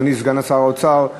אדוני סגן שר האוצר,